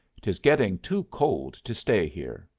tis getting too cold to stay here.